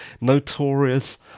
notorious